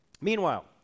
Meanwhile